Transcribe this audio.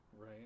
right